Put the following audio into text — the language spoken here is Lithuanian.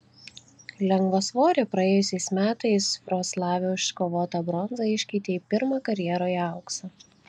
lengvasvorė praėjusiais metais vroclave iškovotą bronzą iškeitė į pirmą karjeroje auksą